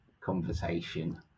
conversation